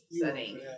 setting